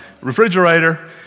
refrigerator